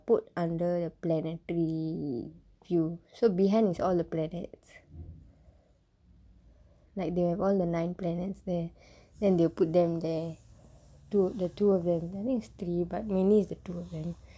put under planetary view so behind is all the planets like they have all the nine planets there then they will put them there two the two of them I think is three but mainly it's two